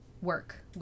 work